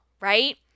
right